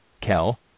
Kel